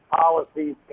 policies